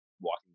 walking